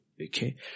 Okay